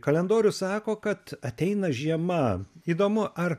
kalendorius sako kad ateina žiema įdomu ar